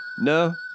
No